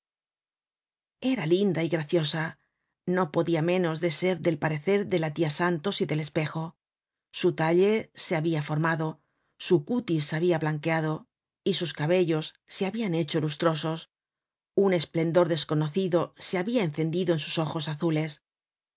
era linda y graciosa no podia menos de ser del parecer de la tia santos y del espejo su talle se habia formado su cutis habia blanqueado y sus cabellos se habian hecho lustrosos un esplendor desconocido se habia encendido en sus ojos azules